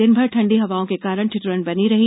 दिनभर ठंडी हवाओं के कारण ठिद्रन बनी रही